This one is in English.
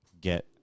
get